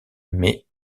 mais